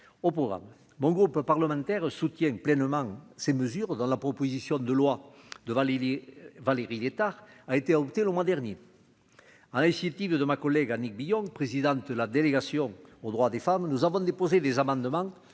au programme bon groupe parlementaire soutiennent pleinement ces mesures dans la proposition de loi devant les les Valérie Létard a été adoptée le mois dernier a ainsi le type de ma collègue Annick Billon, présidente de la délégation aux droits des femmes, nous avons déposé des amendements